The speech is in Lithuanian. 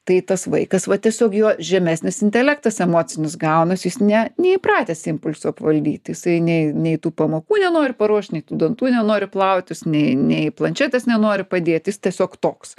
tai tas vaikas va tiesiog jo žemesnis intelektas emocinis gaunas jis ne neįpratęs impulsų apvaldyti jisai nei nei tų pamokų nenori paruoš dantų nenori plautis nei nei planšetės nenori padėt jis tiesiog toks